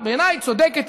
בעיניי צודקת,